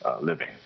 living